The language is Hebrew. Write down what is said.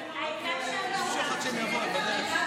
אם כך, יעלה ויסכם השר עמיחי אליהו,